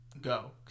go